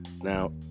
now